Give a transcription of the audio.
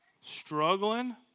Struggling